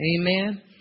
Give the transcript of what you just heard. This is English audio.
Amen